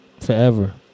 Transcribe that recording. Forever